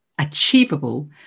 achievable